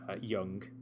young